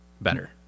Better